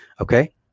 Okay